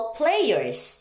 players